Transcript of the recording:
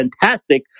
fantastic